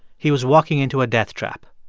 he was walking into a deathtrap.